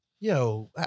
Yo